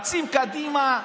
רצים קדימה,